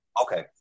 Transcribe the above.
okay